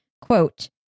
quote